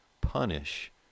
punish